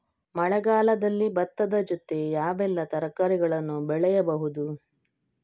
ಮಳೆಗಾಲದಲ್ಲಿ ಭತ್ತದ ಜೊತೆ ಯಾವೆಲ್ಲಾ ತರಕಾರಿಗಳನ್ನು ಬೆಳೆಯಬಹುದು?